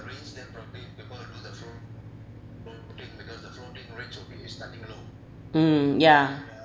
mm ya